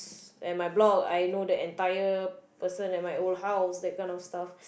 at my block I know the entire person at my old house that kind of stuff